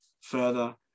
further